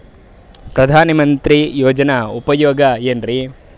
ಪ್ರಧಾನಮಂತ್ರಿ ಯೋಜನೆ ಉಪಯೋಗ ಏನ್ರೀ?